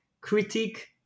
critique